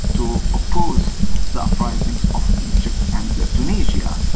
to oppose the uprisings of egypt and tunisia.